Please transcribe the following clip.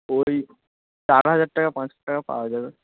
ওই চার হাজার টাকা পাঁচ হাজার টাকা পাওয়া যাবে